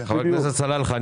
חבר הכנסת סלאלחה,